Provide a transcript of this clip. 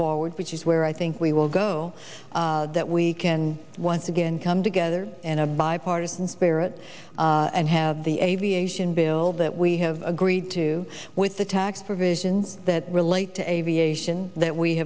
forward which is where i think we will go that we can once again come together in a bipartisan spirit and have the aviation bill that we have agreed to with the tax provisions that relate to aviation that we